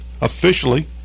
officially